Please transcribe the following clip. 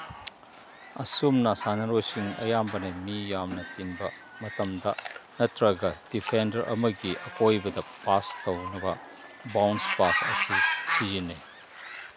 ꯑꯁꯨꯝꯅ ꯁꯥꯟꯅꯔꯣꯏꯁꯤꯡ ꯑꯌꯥꯝꯕꯅ ꯃꯤ ꯌꯥꯝꯅ ꯇꯤꯟꯕ ꯃꯇꯝꯗ ꯅꯠꯇ꯭ꯔꯒ ꯗꯤꯐꯦꯟꯗꯔ ꯑꯃꯒꯤ ꯑꯀꯣꯏꯕꯗ ꯄꯥꯁ ꯇꯧꯅꯕ ꯕꯥꯎꯟꯁ ꯄꯥꯁ ꯑꯁꯤ ꯁꯤꯖꯤꯟꯅꯩ